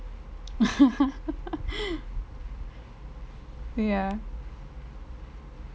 ya